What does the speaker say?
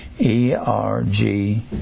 E-R-G